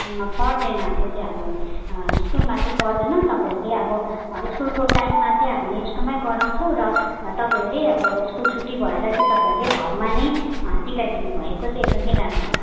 पर्दैन त्यो चाहिँ अब स्कुलमा चाहिँ पर्दैन तपाईँहरूले अब स्कुलको टाइममा चाहिँ हामीले स्कुलमै गराउँछौँ र तपाईँहरूले अब स्कुल छुट्टी भएर चाहिँ तपाईँहरूले घरमा नै सिकाइदिनु भएको चाहिँ एकदमै राम्रो